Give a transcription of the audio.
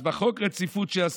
אז בחוק הרציפות בסעיף הקודם,